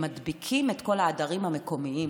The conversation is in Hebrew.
הם מדביקים את כל העדרים המקומיים.